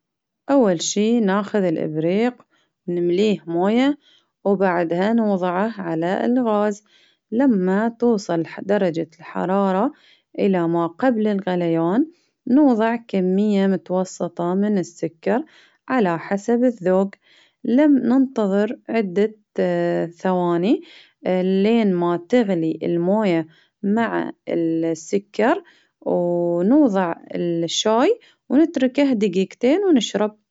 أول شي ناخذ الإبريق نمليه مويه، وبعدها نوضعه على الغاز لما توصل درجة الحرارة إلى ما قبل الغليان، نوضع كمية متوسطة من السكرعلى حسب الذوق، لم- ننتظر عدة ثواني لين ما تغلي الموية مع السكر، و نوضع الشاي ونتركه دقيقتين ونشرب.